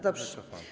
Dobrze.